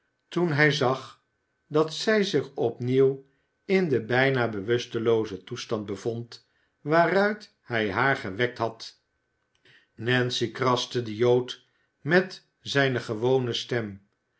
toen hij zag dat zij zich opnieuw in den bijna bewusteloozen toestand bevond waaruit hij haar gewekt had nancy kraste de jood met zijne gewone stem